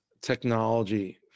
technology